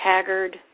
haggard